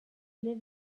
live